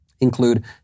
include